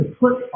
put